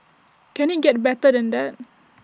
can IT get better than that